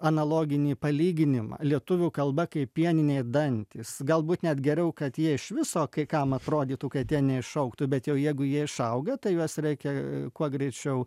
analoginį palyginimą lietuvių kalba kaip pieniniai dantys galbūt net geriau kad jie iš viso kai kam atrodytų kad jie neišaugtų bet jau jeigu jie išaugę tai juos reikia kuo greičiau